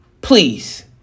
Please